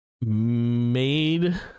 Made